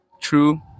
true